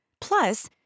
Plus